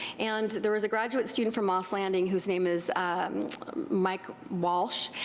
and there was a graduate student from moss landing whose name is mike walsh,